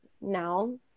now